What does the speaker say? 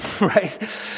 right